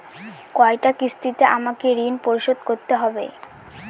কয়টা কিস্তিতে আমাকে ঋণ পরিশোধ করতে হবে?